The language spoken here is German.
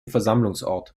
versammlungsort